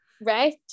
Right